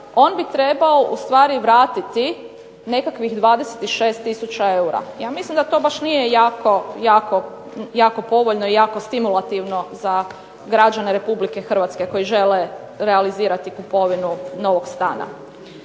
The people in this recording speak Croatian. on bi trebao ustvari vratiti nekakvih 26 tisuća eura. Ja mislim da to baš nije jako povoljno i jako stimulativno za građane RH koji žele realizirati kupovinu novog stana.